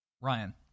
Ryan